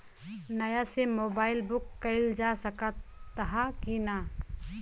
नया SIM mobile से book कइलजा सकत ह कि ना?